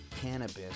cannabis